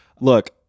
Look